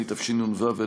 התשנ"ו 1996,